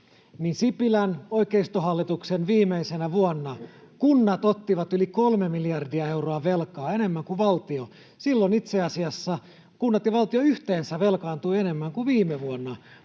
niin Sipilän oikeistohallituksen viimeisenä vuonna kunnat ottivat yli kolme miljardia euroa enemmän velkaa kuin valtio. Silloin itse asiassa kunnat ja valtio velkaantuivat yhteensä enemmän kuin viime vuonna